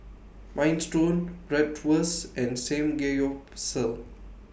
Minestrone Bratwurst and Samgeyopsal